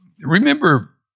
Remember